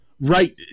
right